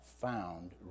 found